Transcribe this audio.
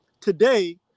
today